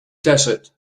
desert